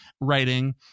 writing